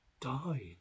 died